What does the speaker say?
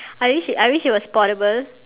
I wish I wish it was portable